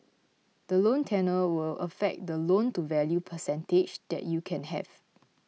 the loan tenure will affect the loan to value percentage that you can have